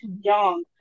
young